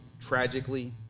tragically